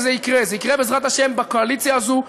וזה יקרה, זה יקרה, בעזרת השם, בקואליציה הזו.